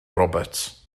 roberts